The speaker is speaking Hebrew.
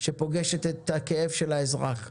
שפוגשת את הכאב של האזרח,